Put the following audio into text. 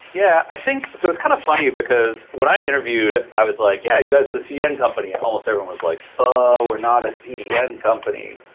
yeah, i think so it's kind of funny, because when i interviewed, i was like, yeah, you guys are the cdn company, and almost everyone was like, oh, we're not a cdn company.